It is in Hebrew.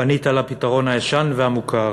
פנית לפתרון הישן והמוכר,